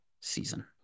season